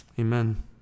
amen